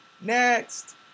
Next